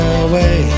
away